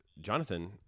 Jonathan